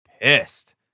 Pissed